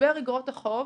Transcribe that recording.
משבר אגרות החוב